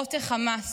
במנהרות החמאס.